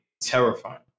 terrifying